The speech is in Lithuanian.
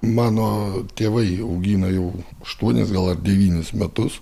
mano tėvai augina jau aštuonis gal ar devynis metus